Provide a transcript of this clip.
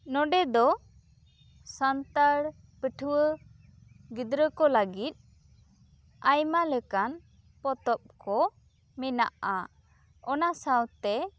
ᱱᱚᱸᱰᱮ ᱫᱚ ᱥᱟᱱᱛᱟᱲ ᱯᱟᱹᱴᱷᱩᱣᱟᱹ ᱜᱤᱫᱽᱨᱟᱹ ᱠᱚ ᱞᱟᱹᱜᱤᱫ ᱟᱭᱢᱟ ᱞᱮᱠᱟᱱ ᱯᱚᱛᱚᱵ ᱠᱚ ᱢᱮᱱᱟᱜᱼᱟ ᱚᱱᱟ ᱥᱟᱶ ᱛᱮ